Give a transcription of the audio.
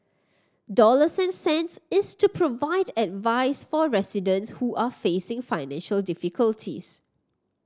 dollars and cents is to provide advice for residents who are facing financial difficulties